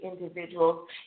individuals